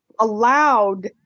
allowed